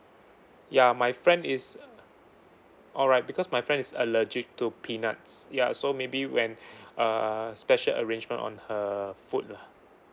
ya my friend is alright because my friend is allergic to peanuts ya so maybe when uh special arrangement on her food lah